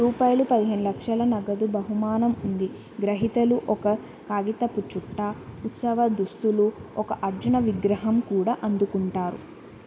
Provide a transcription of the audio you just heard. రూపాయలు పదిహేను లక్షల నగదు బహుమానం ఉంది గ్రహీతలు ఒక కాగితపు చుట్ట ఉత్సవ దుస్తులు ఒక అర్జున విగ్రహం కూడా అందుకుంటారు